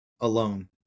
Alone